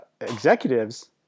executives